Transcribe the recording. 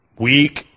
Weak